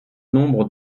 nombre